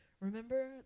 Remember